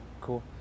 Cool